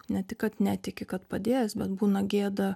ne tik kad netiki kad padės bet būna gėda